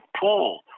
pool